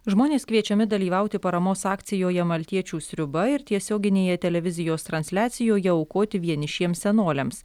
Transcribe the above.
žmonės kviečiami dalyvauti paramos akcijoje maltiečių sriuba ir tiesioginėje televizijos transliacijoje aukoti vienišiems senoliams